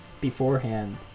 beforehand